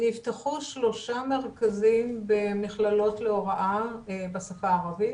נפתחו שלושה מרכזים במכללות להוראה בשפה הערבית,